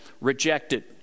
rejected